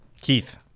keith